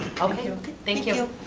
um you. okay, thank you.